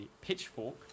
pitchfork